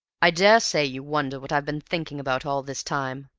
i daresay you wonder what i've been thinking about all this time?